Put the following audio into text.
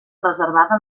reservada